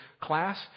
class